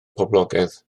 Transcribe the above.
poblogaidd